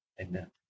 Amen